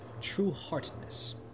true-heartedness